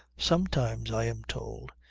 sometimes, i am told,